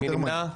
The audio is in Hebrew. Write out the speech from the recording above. מי נמנע?